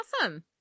Awesome